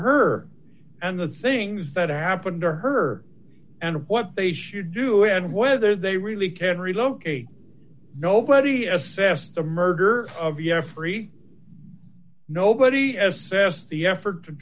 her and the things that happened to her and what they should do and whether they really can relocate nobody s s the murder of us free nobody says the effort to